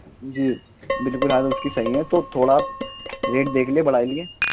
جی بالکل حالت اس کی صحیح ہے تو تھوڑا ریٹ دیکھ لیے بڑھا لیے